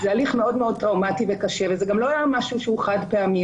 זה הליך מאוד מאוד טראומתי וקשה וזה גם לא משהו שהוא חד פעמי,